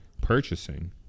purchasing